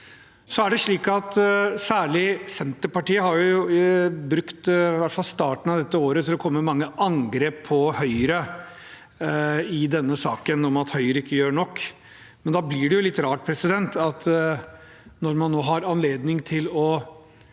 Senterpartiet har brukt i hvert fall starten av dette året til å komme med mange angrep på Høyre i denne saken – om at Høyre ikke gjør nok. Da blir det litt rart at når man nå har anledning til å